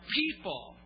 people